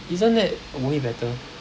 isn't that way better